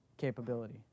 Capability